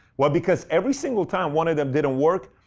well, because every single time one of them didn't work,